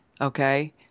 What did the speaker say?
Okay